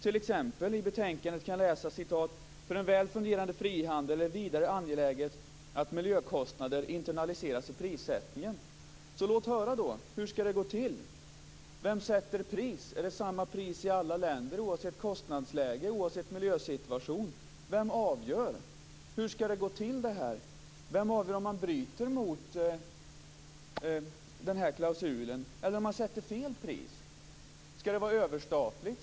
I betänkandet kan man t.ex. läsa: "För en väl fungerande frihandel är det vidare angeläget att miljökostnader internaliseras i prissättningen." Låt höra då! Hur skall det gå till? Vem sätter pris? Är det samma pris i alla länder oavsett kostnadsläge, oavsett miljösituation? Vem avgör? Hur skall det här gå till? Vem avgör om man bryter mot den här klausulen eller om man sätter fel pris? Skall det vara överstatligt?